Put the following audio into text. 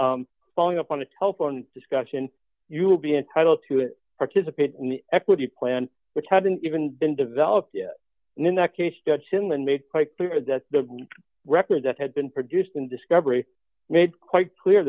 e following up on the telephone discussion you will be entitled to it participate in the equity plan which hadn't even been developed yet in that case judge him and made quite clear that the record that had been produced in discovery made quite clear